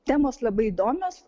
temos labai įdomios